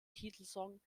titelsong